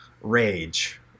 Rage